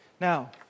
Now